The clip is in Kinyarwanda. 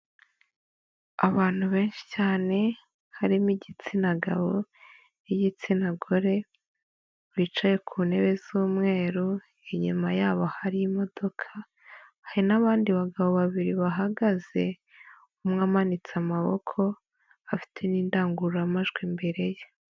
Abantu benshi cyane, harimo igitsina gabo n'igitsina gore, bicaye ku ntebe z'umweru, inyuma yabo hari imodoka hari n'abandi bagabo babiri bahagaze, umwe amanitse amaboko, afite n'indangururamajwi imbere ye.